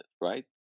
right